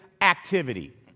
activity